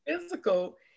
physical